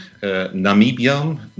Namibia